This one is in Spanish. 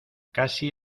casi